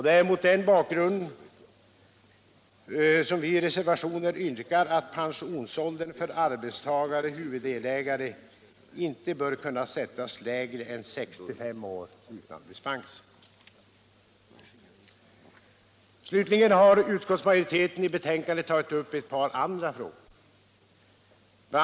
Det är mot den bakgrunden som vi i reservationen yrkar att pensionsåldern för arbetstagare-huvuddelägare inte bör kunna sättas lägre än 65 år utan dispens. Slutligen har utskottsmajoriteten i betänkandet tagit upp ett par andra frågor. Bl.